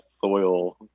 soil